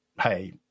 hey